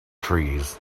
trees